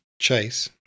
chase